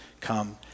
come